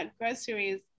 groceries